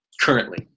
currently